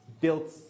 built